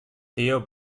theo